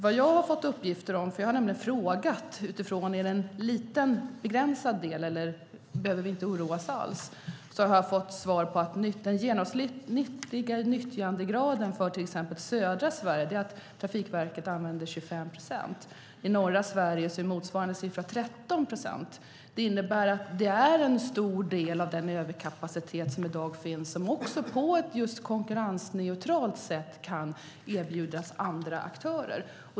Vad jag har fått uppgifter om - jag har nämligen frågat om det gäller en liten begränsad del eller om vi inte alls behöver oroa oss - är att den genomsnittliga nyttjandegraden för Trafikverket i till exempel södra Sverige är 25 procent. I norra Sverige är den 13 procent. Det innebär att en stor del av den överkapacitet som i dag finns kan på ett konkurrensneutralt sätt erbjudas andra aktörer.